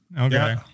Okay